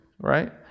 right